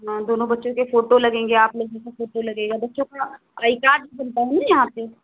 हाँ दोनों बच्चों के फोटो लगेंगे आप दोनों का फोटो लगेगा बच्चों का आई कार्ड बनता है न यहाँ पर